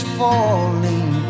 falling